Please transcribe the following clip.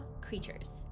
creatures